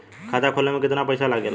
खाता खोले में कितना पईसा लगेला?